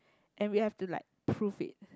and we have to like proof it